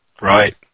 Right